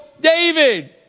David